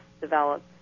developed